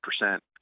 percent